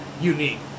unique